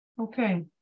Okay